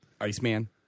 Iceman